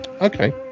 Okay